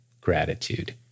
Gratitude